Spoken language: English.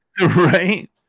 Right